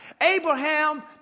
Abraham